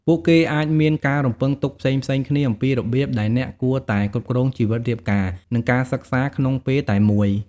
ពួកគេអាចមានការរំពឹងទុកផ្សេងៗគ្នាអំពីរបៀបដែលអ្នកគួរតែគ្រប់គ្រងជីវិតរៀបការ និងការសិក្សាក្នុងពេលតែមួយ។